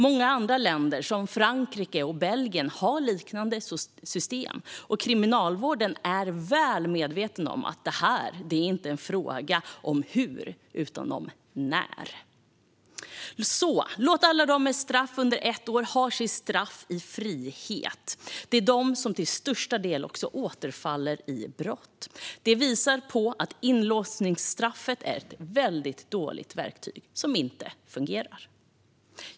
Många andra länder, till exempel Frankrike och Belgien, har liknande system, och Kriminalvården är väl medveten om att det här inte är en fråga om hur utan om när . Låt alla med strafftid under ett år avtjäna sitt straff i frihet! Det är till största delen dessa som också återfaller i brott, vilket visar på att inlåsningsstraffet är ett väldigt dåligt verktyg som inte fungerar.